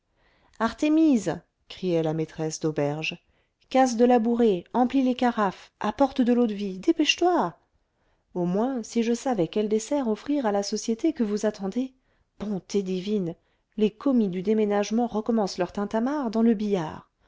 artémise criait la maîtresse d'auberge casse de la bourrée emplis les carafes apporte de l'eau-de-vie dépêche-toi au moins si je savais quel dessert offrir à la société que vous attendez bonté divine les commis du déménagement recommencent leur tintamarre dans le billard